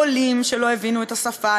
עולים שלא הבינו את השפה,